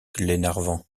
glenarvan